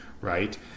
right